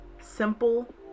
simple